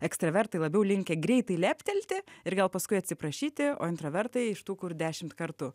ekstravertai labiau linkę greitai leptelti ir gal paskui atsiprašyti o introvertai iš tų kur dešimt kartu